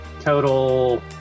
total